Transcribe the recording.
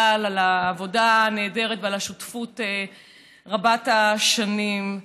ובכלל על העבודה הנהדרת ועל השותפות רבת השנים.